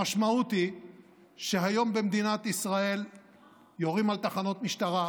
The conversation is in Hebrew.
המשמעות היא שהיום במדינת ישראל יורים על תחנות משטרה,